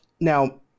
Now